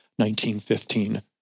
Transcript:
1915